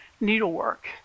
Needlework